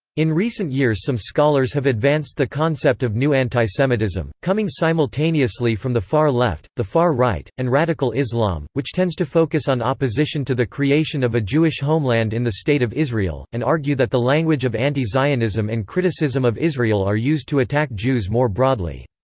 in recent years some scholars have advanced the concept of new antisemitism, coming simultaneously from the far left, the far right, and radical islam, which tends to focus on opposition to the creation of a jewish homeland in the state of israel, and argue that the language of anti-zionism and criticism of israel are used to attack jews more broadly.